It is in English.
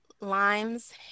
limes